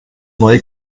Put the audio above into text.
neue